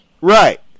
right